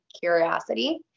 curiosity